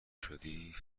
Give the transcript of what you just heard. شدی